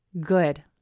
good